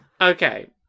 Okay